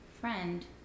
friend